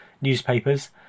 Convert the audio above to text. newspapers